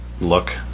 look